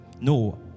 No